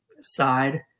side